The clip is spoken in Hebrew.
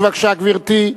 יחימוביץ, בבקשה, גברתי,